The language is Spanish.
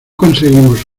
conseguimos